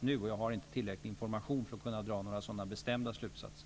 nu. Jag har inte tillräcklig information för att kunna dra några sådana bestämda slutsatser.